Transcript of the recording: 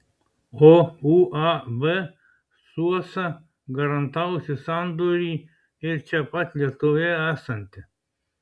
o uab suosa garantavusi sandorį ir čia pat lietuvoje esanti